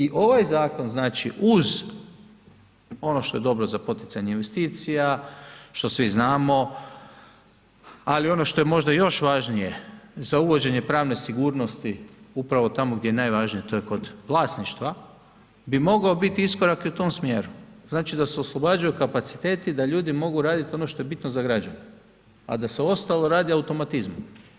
I ovaj zakon znači uz ono što je dobro za poticanje investicija, što svi znamo, ali ono što je možda još važnije, za uvođenje pravne sigurnosti upravo tamo gdje je najvažnije, to je kod vlasništva, bi mogao biti iskorak i u tom smjeru, znači da se oslobađaju kapaciteti, da ljudi mogu raditi ono što je bitno za građane, a da se ostalo radi automatizmom.